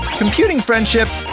computing friendship,